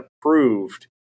approved